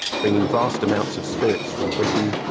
bringing vast amounts of spirits from britain,